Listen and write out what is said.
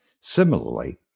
Similarly